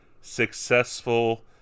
successful